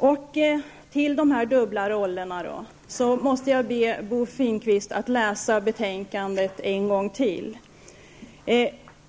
När det gäller frågan om de dubbla rollerna måste jag be Bo Finnkvist att läsa betänkandet en gång till.